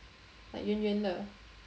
like 圆圆的